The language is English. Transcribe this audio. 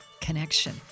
connection